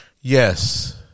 Yes